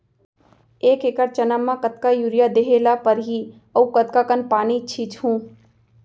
एक एकड़ चना म कतका यूरिया देहे ल परहि अऊ कतका कन पानी छींचहुं?